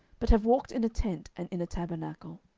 but have walked in a tent and in a tabernacle.